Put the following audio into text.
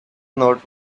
not